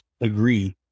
agree